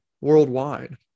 worldwide